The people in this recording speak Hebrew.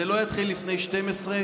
זה לא יתחיל לפני 12:00,